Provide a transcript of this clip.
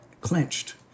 clenched